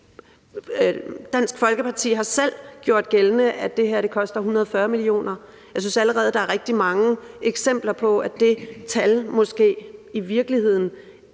Dansk Folkeparti har selv gjort gældende, at det her koster 140 mio. kr. Jeg synes allerede, der er rigtig mange eksempler på, at det tal måske i virkeligheden